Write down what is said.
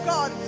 God